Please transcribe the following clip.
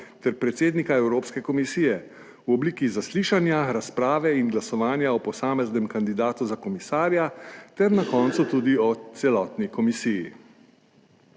ter predsednika Evropske komisije v obliki zaslišanja, razprave in glasovanja o posameznem kandidatu za komisarja ter na koncu tudi o celotni komisiji.